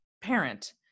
parent